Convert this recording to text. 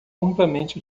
amplamente